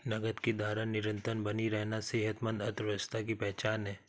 नकद की धारा निरंतर बनी रहना सेहतमंद अर्थव्यवस्था की पहचान है